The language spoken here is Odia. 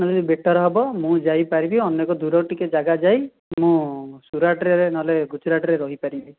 ତେଣୁ ବେଟର୍ ହେବ ମୁଁ ଯାଇପାରିବି ଅନେକ ଦୂର ଟିକିଏ ଜାଗା ଯାଇ ମୁଁ ସୁରଟରେ ନହେଲେ ଗୁଜୁରାଟରେ ରହିପାରିବି